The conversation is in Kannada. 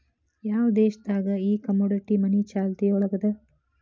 ಯಾವ್ ದೇಶ್ ದಾಗ್ ಈ ಕಮೊಡಿಟಿ ಮನಿ ಚಾಲ್ತಿಯೊಳಗದ?